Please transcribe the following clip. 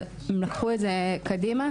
אבל הם לקחו את זה קדימה.